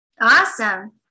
Awesome